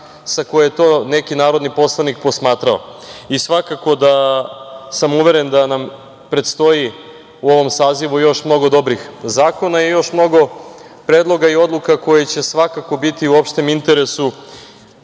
sa koje to neki narodni poslanik posmatrao i svakako da sam uveren da nam predstoji u ovom sazivu još mnogo dobrih zakona i još mnogo predloga i odluka koje će svakako biti u opštem interesu